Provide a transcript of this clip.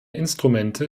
instrumente